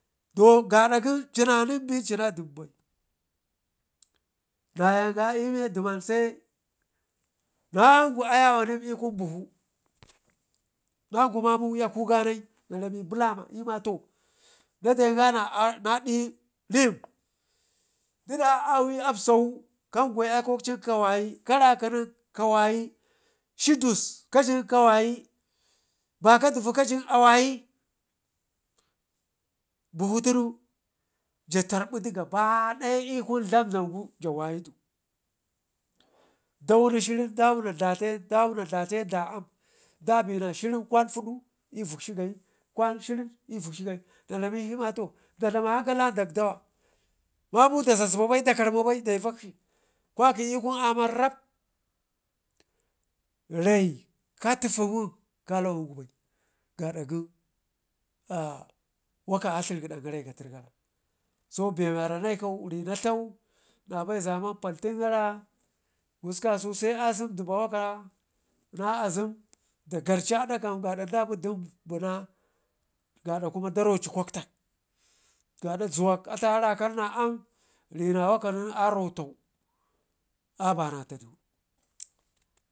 do gadda gən cina nim ben cina dim ba nayanga l'miya duman sai nangwe ayawa nim l'kun buhu nangwe mamu l'akuganai narami bulama lmato nadenga da dik nim ɗiɗa awe apsawu kan kwe aikwakcin ka wayi ƙa rakgnen kawayi shii dus kajin kadamu baka duvu ajin ka wayi buhu tunu ja tarbidu gabada ya l'kun dlamdlamgu ja wayidu dauni shirrin dauna da dlayin dauna da dlayi da aam dabena shirin kwan fudu l'vikshi gayai shirin l'vikshi gayi namikshi lmato da dlama ankal na dak dawa mamu da zazba bai da karma bai, kwaki l'kun amman rab rai katfuwun kalawangu bai gaada gən waka dleu gedan gara gatergara a so be wara naikau rina dlau nabai dlaman paltin gara kusku kasau se asem diba waka na azem da gərci ada kam gadda bi dem bun gadda kuma da roci kwaktak gaada zuwak atu arakan na aam a rotau abanatadu.